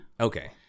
Okay